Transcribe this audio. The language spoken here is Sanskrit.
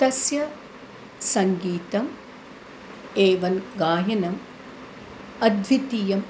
तस्य सङ्गीतम् एवं गायनम् अद्वितीयम्